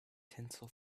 tinsel